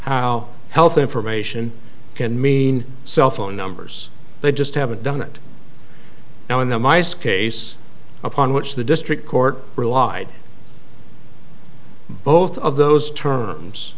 how health information can mean cell phone numbers they just haven't done it now in the mice case upon which the district court relied both of those